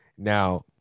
Now